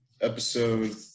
episode